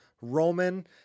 Roman